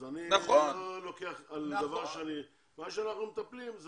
אז אני לא לוקח על דבר שאני מה שאנחנו מטפלים זה